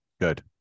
Good